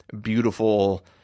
beautiful